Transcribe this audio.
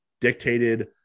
dictated